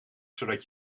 zodat